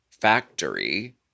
factory